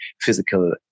physical